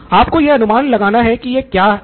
आपको यह अनुमान लगाना है कि यह क्या है